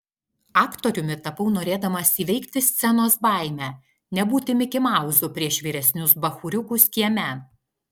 aktoriumi tapau norėdamas įveikti scenos baimę nebūti mikimauzu prieš vyresnius bachūriukus kieme